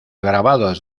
grabados